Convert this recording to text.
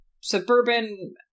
suburban